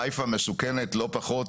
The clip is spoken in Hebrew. חיפה מסוכנת לא פחות,